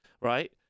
right